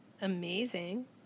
Amazing